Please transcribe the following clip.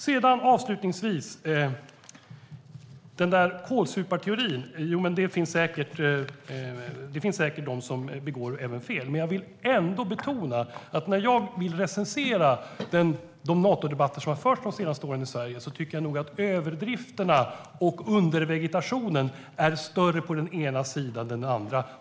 När det gäller kålsuparteorin vill jag avslutningsvis säga att det säkert finns de som begår fel. Men när jag recenserar de Natodebatter som har förts i Sverige de senaste åren vill jag ändå betona att jag tycker att överdrifterna och undervegetationen är större på den ena sidan än på den andra.